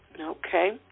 okay